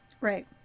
right